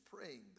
praying